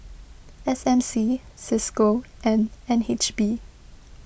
S M C Cisco and N H B